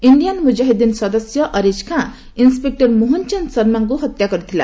Indian Mujahideen ସଦସ୍ୟ Ariz Khan inspector Mohan Chand ଶର୍ମାଙ୍କୁ ହତ୍ୟା କରିଥିଲା